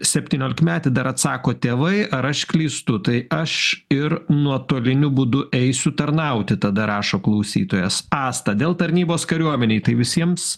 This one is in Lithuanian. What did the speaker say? septyniolikmetį dar atsako tėvai ar aš klystu tai aš ir nuotoliniu būdu eisiu tarnauti tada rašo klausytojas asta dėl tarnybos kariuomenėj tai visiems